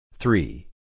Three